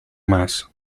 más